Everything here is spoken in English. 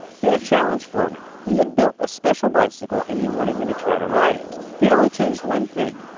he had a challenge for me. he had built a special bicycle and he wanted me to try to ride it. he had only changed one thing.